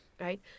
Right